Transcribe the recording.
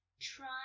try